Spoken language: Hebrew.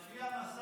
בעד.